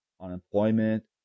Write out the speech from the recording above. unemployment